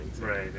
Right